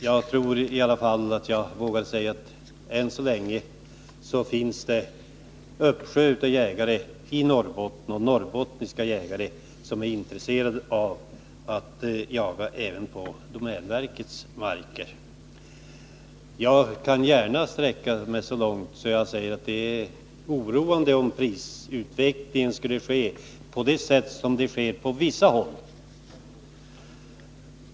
Jag vågar säga att det än så länge finns en uppsjö av jägare i Norrbotten — och norrbottniska jägare — som är intresserade av att jaga även på domänverkets marker. Jag kan gärna sträcka mig så långt att jag säger att det är oroande om prisutvecklingen skulle bli sådan som den är på vissa håll.